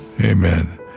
Amen